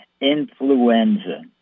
influenza